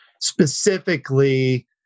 specifically